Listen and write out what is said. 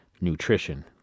Nutrition